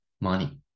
money